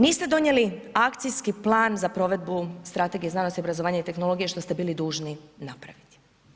Niste donijeli akcijski plan za provedbu Strategije znanosti, obrazovanja i tehnologije što ste bili dužni napraviti.